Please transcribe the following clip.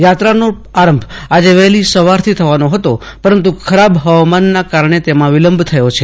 યાત્રાનો આરંભ આજે વહેલી સવારથી થવાનો હતો પરંતુ ખરાબ હવામાનના કારણે તેમાં વિલંબ થયો છે